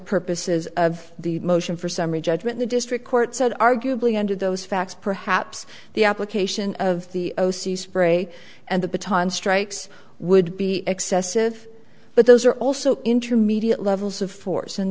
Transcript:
purposes of the motion for summary judgment the district court said arguably under those facts perhaps the application of the o c spray and the baton strikes would be excessive but those are also intermediate levels of force and